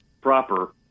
proper